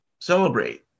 celebrate